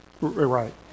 right